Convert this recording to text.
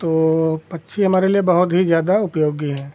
तो पक्षी हमारे लिए बहुत ही ज़्यादा उपयोगी हैं